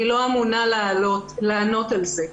אני לא אמונה לענות על זה.